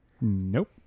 Nope